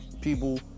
people